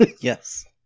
Yes